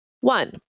One